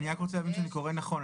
אני רק רוצה להבין שאני קורא נכון.